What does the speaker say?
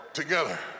together